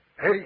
Hey